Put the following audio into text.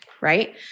right